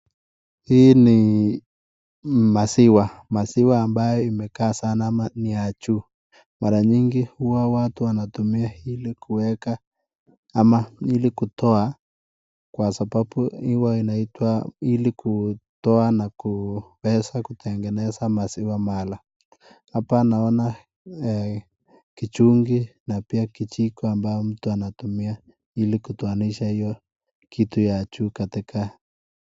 Hii ni maziwa ambayo imekaa sana ama ni ya juu, mara nyingi watu wanatumuia ili kuweka ama ili kutoa kwa sababu, iwe inaitwa ,ili kutoa na kuweza kutengeneza maziwa mala. Hapa naona kichungi na pia kijiko ambayo mtu anatumia ili kutoanisha kitu ya juu katika